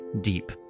deep